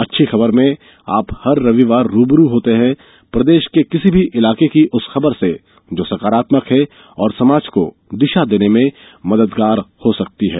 अच्छी खबर में आप हर रविवार रू ब रू होते हैं प्रदेश के किसी भी इलाके की उस खबर से जो सकारात्मक है और समाज को दिशा देने में मददगार हो सकती है